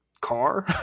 car